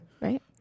right